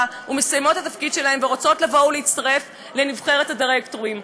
ומסיימות את התפקיד שלהן ורוצות לבוא ולהצטרף לנבחרת הדירקטורים.